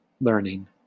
learning